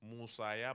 Musaya